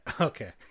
Okay